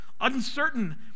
Uncertain